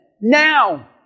now